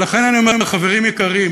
ולכן אני אומר, חברים יקרים,